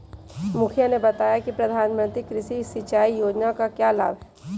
मुखिया ने बताया कि प्रधानमंत्री कृषि सिंचाई योजना का क्या लाभ है?